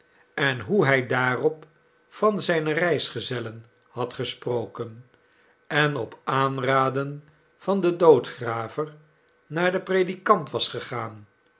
en hoe hij daarop van zijne reisgezellen had gesproken en op aanraden van den doodgraver naar den predikant was gegaan